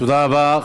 תודה רבה.